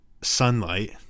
sunlight